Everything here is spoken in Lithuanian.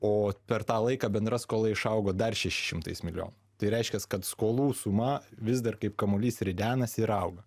o per tą laiką bendra skola išaugo dar šešiais šimtais milijonų tai reiškias kad skolų suma vis dar kaip kamuolys ridenasi ir auga